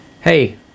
Hey